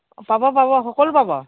পাব পাব সকলো পাব